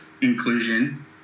inclusion